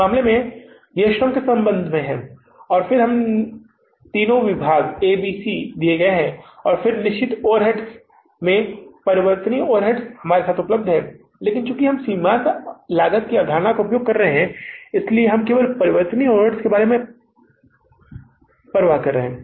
इस मामले में यह श्रम के संबंध में कहा गया है और हमें फिर से तीन विभाग ए बी और सी दिए गए हैं और निश्चित ओवरहेड्स में परिवर्तनीय ओवरहेड्स हमारे साथ उपलब्ध हैं लेकिन चूंकि हम सीमांत लागत की अवधारणा का उपयोग कर रहे हैं इसलिए हम केवल परिवर्तनीय ओवरहेड्स के बारे में परवाह है